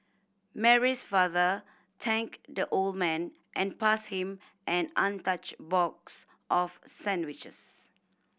Mary's father thanked the old man and passed him an untouched box of sandwiches